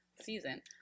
season